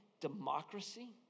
democracy